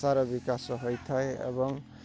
ଭାଷାର ବିକାଶ ହୋଇଥାଏ ଏବଂ